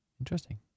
interesting